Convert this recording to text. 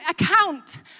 account